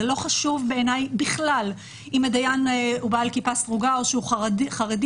זה לא חשוב בעיניי בכלל אם הדיין הוא בעל כיפה סרוגה או שהוא חרדי,